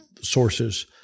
sources